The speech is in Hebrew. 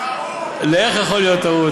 איך יכול להיות טעות?